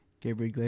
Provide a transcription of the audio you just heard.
Gabriel